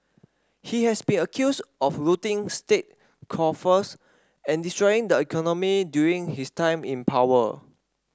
he has been accused of looting state coffers and destroying the economy during his time in power